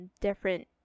different